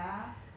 ya